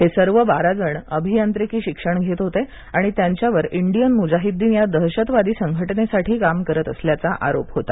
हे सर्व बारा जण अभियांत्रिकी शिक्षण घेत होते आणि त्यांच्यावर इंडियन मुजाहिद्दीन या दहशतवादी संघटनेसाठी काम करत असल्याचा आरोप होता